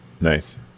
nice